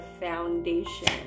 foundation